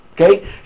okay